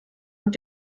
und